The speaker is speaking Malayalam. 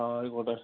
ആ ആയിക്കോട്ടെ